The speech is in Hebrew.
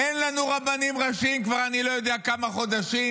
אין לנו רבנים ראשיים אני כבר לא יודע כמה חודשים,